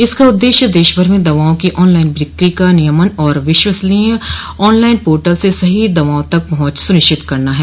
इसका उददेश्य देश भर में दवाओं की ऑनलाइन बिक्री का नियमन और विश्वसनीय ऑनलाइन पोर्टल से सही दवाओं तक पहुंच सुनिश्चित करना है